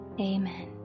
Amen